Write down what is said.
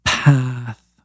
Path